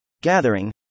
gathering